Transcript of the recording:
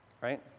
right